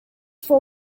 for